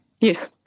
Yes